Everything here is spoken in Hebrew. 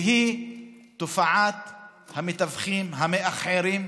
והיא תופעת המתווכים, המאכערים,